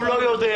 הוא לא יודע.